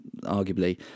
arguably